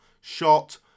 shot